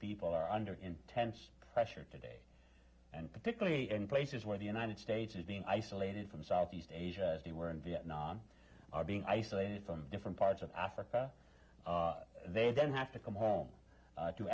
people are under intense pressure today and particularly in places where the united states is being isolated from southeast asia as they were in vietnam are being isolated from different parts of africa they then have to come home to